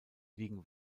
liegen